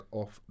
off